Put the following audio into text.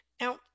Now